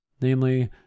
namely